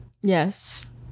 yes